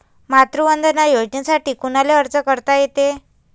मातृवंदना योजनेसाठी कोनाले अर्ज करता येते?